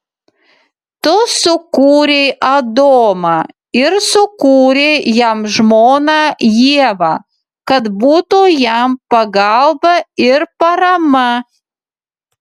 tu sukūrei adomą ir sukūrei jam žmoną ievą kad būtų jam pagalba ir parama